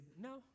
no